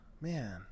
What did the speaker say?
man